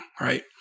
right